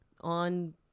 on